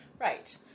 right